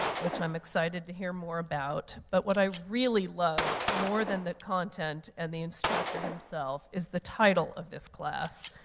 which i'm excited to hear more about. but what i really love more than the content and the instructor himself is the title of this class,